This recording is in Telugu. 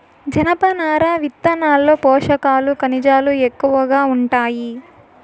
జనపనార విత్తనాల్లో పోషకాలు, ఖనిజాలు ఎక్కువగా ఉంటాయి